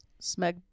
Smeg